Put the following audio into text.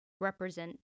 represent